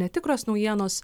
netikros naujienos